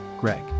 Greg